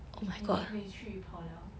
你不可以去跑 liao